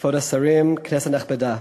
כבוד השרים, כנסת נכבדה,